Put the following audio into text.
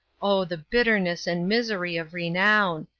oh, the bitterness and misery of renown!